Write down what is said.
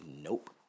Nope